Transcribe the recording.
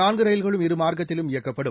நான்கு ரயில்களும் இரு மார்க்கத்திலும் இயக்கப்படும்